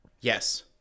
Yes